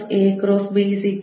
A A